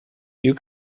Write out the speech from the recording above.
you